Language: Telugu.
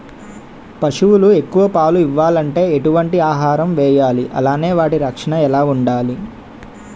పశువులు ఎక్కువ పాలు ఇవ్వాలంటే ఎటు వంటి ఆహారం వేయాలి అలానే వాటి రక్షణ ఎలా వుండాలి?